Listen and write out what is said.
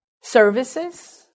services